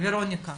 ורוניקה,